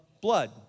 blood